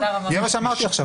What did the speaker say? זה מה שאמרתי עכשיו.